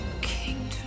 Kingdom